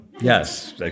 Yes